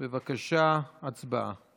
בבקשה, הצבעה.